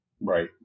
Right